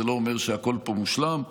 זה לא אומר שהכול פה מושלם,